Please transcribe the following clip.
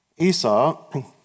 Esau